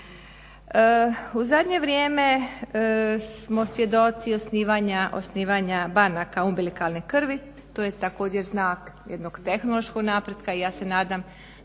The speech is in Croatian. U zadnje vrijeme smo svjedoci osnivanja banaka u umbilikalne krvi tj. također znak tehnološkog napretka i ja se nadam